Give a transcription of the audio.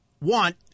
want